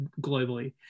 globally